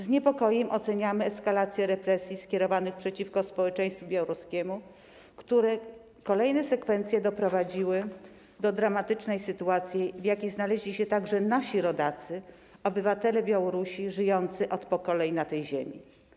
Z niepokojem oceniamy eskalację represji skierowanych przeciwko społeczeństwu białoruskiemu, których kolejne sekwencje doprowadziły do dramatycznej sytuacji, w jakiej znaleźli się także nasi Rodacy, obywatele Białorusi żyjący od pokoleń na tej ziemi.